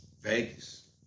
Vegas